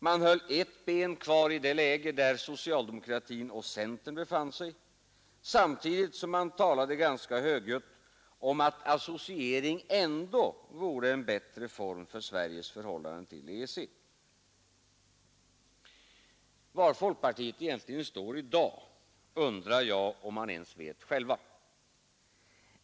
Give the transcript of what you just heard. Man höll ett ben kvar i det läge där socialdemokratin och centern befann sig samtidigt som man talade ganska högljutt om att associering ändå vore en bättre form för Sveriges förhållande till EEC. Var folkpartiet egentligen står i dag undrar jag om man ens vet själv.